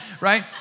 right